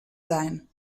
sein